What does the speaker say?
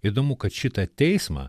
įdomu kad šitą teismą